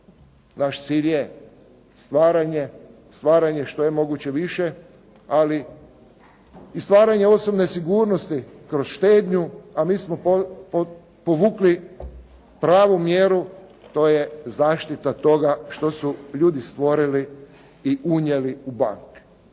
naš cilj je stvaranje što je moguće više, ali i stvaranje osobne sigurnosti kroz štednju, a mi smo povukli pravu mjeru to je zaštita toga što su ljudi stvorili i unijeli u banke.